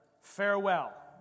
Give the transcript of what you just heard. farewell